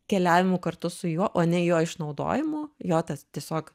keliavimu kartu su juo o ne jo išnaudojimo jo tas tiesiog